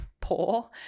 poor